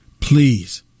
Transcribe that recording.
Please